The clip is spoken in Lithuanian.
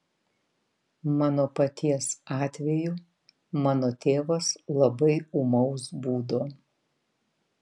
mano paties atveju mano tėvas labai ūmaus būdo